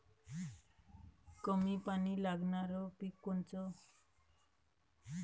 कमी पानी लागनारं पिक कोनचं?